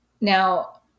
Now